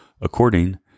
according